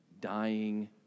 dying